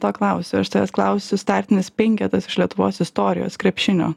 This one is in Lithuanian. to klausiu aš tavęs klausiu startinis penketas iš lietuvos istorijos krepšinio